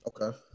Okay